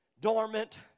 dormant